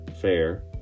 fair